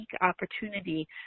opportunity